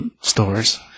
stores